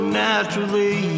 naturally